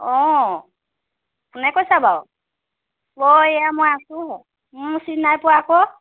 অঁ কোনে কৈছা বাৰু অ' এই মই আছোঁ চিনি নাই পোৱা আকৌ